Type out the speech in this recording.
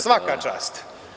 Svaka čast.